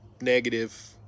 negative